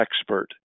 expert